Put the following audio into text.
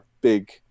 big